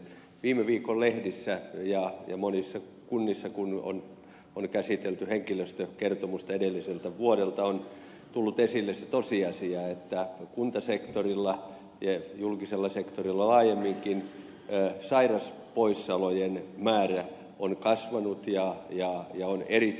viime viikon lehdissä ja monissa kunnissa kun on käsitelty henkilöstökertomusta edelliseltä vuodelta on tullut esille se tosiasia että kuntasektorilla ja julkisella sektorilla laajemminkin sairauspoissaolojen määrä on kasvanut ja on erittäin korkea